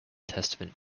testament